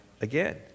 again